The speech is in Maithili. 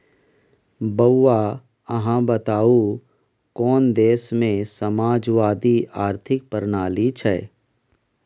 बौआ अहाँ बताउ कोन देशमे समाजवादी आर्थिक प्रणाली छै?